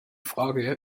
frage